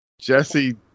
Jesse